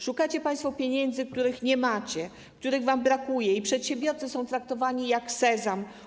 Szukacie państwo pieniędzy, których nie macie, których wam brakuje, i przedsiębiorcy są traktowani jak sezam.